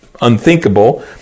unthinkable